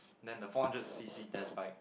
then the four hundred C_C test bike